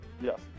Yes